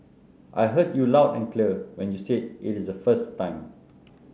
I heard you loud and clear when you said it is the first time